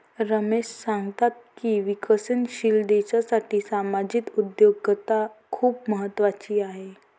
रमेश सांगतात की विकसनशील देशासाठी सामाजिक उद्योजकता खूप महत्त्वाची आहे